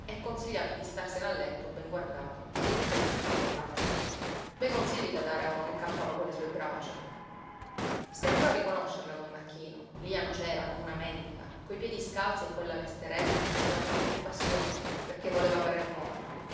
e consigliato di starsene a letto ben guardato e di nutrirsi di solo latte bei consigli da dare a uno che campava con le sue braccia stentò a riconoscerla don marchino lí a nocera come una mendíca coi piedi scalzi e quella vesterella che faceva piú compassione perché voleva parer nuova